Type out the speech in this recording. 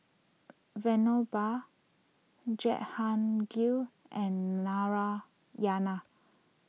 Vinoba Jehangirr and Narayana